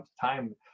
time